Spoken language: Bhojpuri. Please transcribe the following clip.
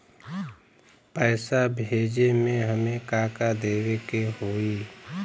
पैसा भेजे में हमे का का देवे के होई?